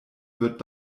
wird